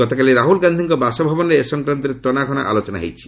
ଗତକାଲି ରାହୁଲ ଗାନ୍ଧୀଙ୍କ ବାସଭବନରେ ଏ ସଂକ୍ରାନ୍ତରେ ତନାଘନା ଆଲୋଚନା ହୋଇଛି